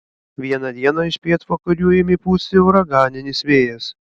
vieną dieną iš pietvakarių ėmė pūsti uraganinis vėjas